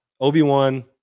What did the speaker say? Obi-Wan